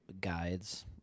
guides